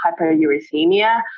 hyperuricemia